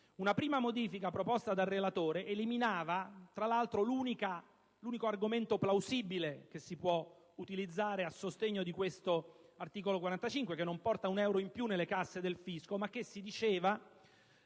Una prima modifica proposta dal relatore eliminava, tra l'altro, l'unico argomento plausibile che si può utilizzare a sostegno di questo articolo 45 che non porta un euro in più nelle casse del fisco ma che, si diceva,